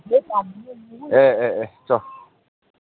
ꯑꯦ ꯑꯦ ꯑꯦ ꯆꯣ